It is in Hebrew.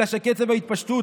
אלא שקצב ההתפשטות,